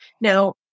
Now